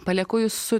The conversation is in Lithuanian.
palieku jus su